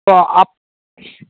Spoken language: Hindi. तो आप